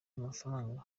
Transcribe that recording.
amafaranga